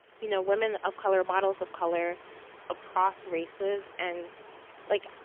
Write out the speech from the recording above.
you know, women of color, models of color across races and like,